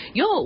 yo